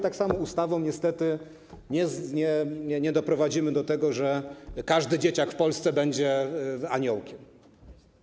Tak samo ustawą niestety nie doprowadzimy do tego, że każdy dzieciak w Polsce będzie aniołkiem.